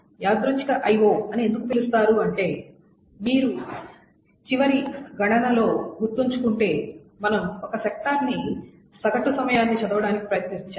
యాదృచ్ఛిక IO అని ఎందుకు పిలుస్తారు అంటే మీరు చివరి గణనలో గుర్తుంచుకుంటే మనము ఒక సెక్టార్కి సగటు సమయాన్ని చదవడానికి ప్రయత్నించాము